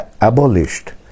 abolished